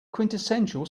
quintessential